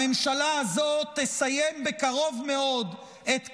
הממשלה הזאת תסיים בקרוב מאוד את כהונתה.